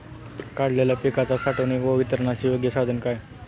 काढलेल्या पिकाच्या साठवणूक व वितरणाचे योग्य साधन काय?